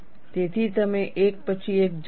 તેથી તમે એક પછી એક જોશો